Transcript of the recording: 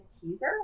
teaser